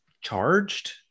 charged